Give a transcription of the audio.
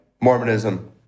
mormonism